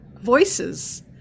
voices